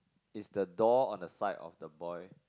is the door on the side of the boy